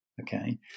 Okay